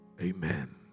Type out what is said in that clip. amen